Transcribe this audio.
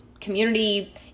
community